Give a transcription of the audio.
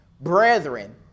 brethren